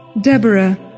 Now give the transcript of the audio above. Deborah